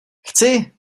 chci